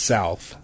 South